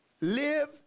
live